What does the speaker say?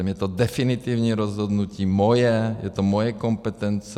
Je to definitivní rozhodnutí, moje, je to moje kompetence.